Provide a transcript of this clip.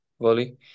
volley